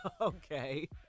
Okay